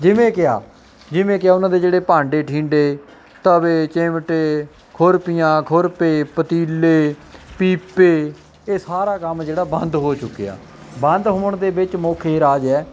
ਜਿਵੇਂ ਕਿਆ ਜਿਵੇਂ ਕਿਆ ਉਹਨਾਂ ਦੇ ਜਿਹੜੇ ਭਾਂਡੇ ਠਿੰਡੇ ਤਵੇ ਚਿਮਟੇ ਖੁਰਪੀਆਂ ਖੁਰਪੇ ਪਤੀਲੇ ਪੀਪੇ ਇਹ ਸਾਰਾ ਕੰਮ ਜਿਹੜਾ ਬੰਦ ਹੋ ਚੁੱਕਿਆ ਬੰਦ ਹੋਣ ਦੇ ਵਿੱਚ ਮੁੱਖ ਇਹ ਰਾਜ ਹੈ